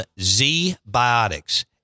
Z-Biotics